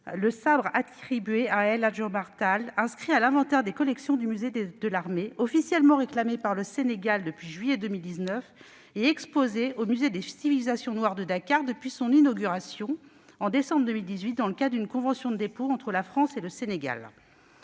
le sabre, attribué à El Hadj Omar Tall, inscrit à l'inventaire des collections du musée de l'Armée, officiellement réclamé par le Sénégal depuis juillet 2019 et exposé au musée des civilisations noires de Dakar depuis son inauguration en décembre 2018, dans le cadre d'une convention de dépôt entre la France et le Sénégal.